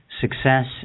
Success